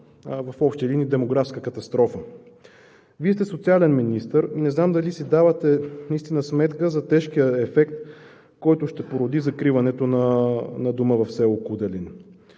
в общи линии демографска катастрофа. Вие сте социален министър, не знам дали си давате наистина сметка за тежкия ефект, който ще породи закриването на Дома в с. Куделин.